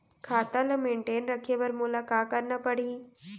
खाता ल मेनटेन रखे बर मोला का करना पड़ही?